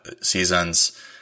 seasons